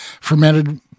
fermented